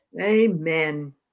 Amen